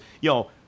yo